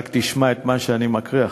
רק תשמע את מה שאני מקריא,